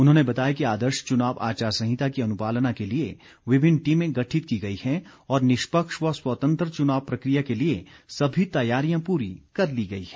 उन्होंने बताया कि आदर्श चुनाव आचार संहिता की अनुपालना के लिए विभिन्न टीमें गठित की गई हैं और निष्पक्ष व स्वतंत्र चुनाव प्रक्रिया के लिए सभी तैयारियां पूरी कर ली गई हैं